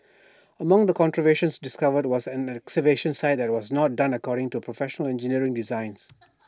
among the contraventions discovered was an excavation site that was not done according to Professional Engineer's design